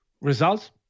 Results